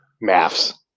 Maths